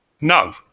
No